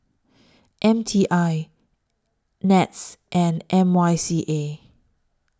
M T I Nets and Y M C A